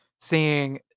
seeing